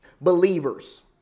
believers